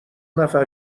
نفر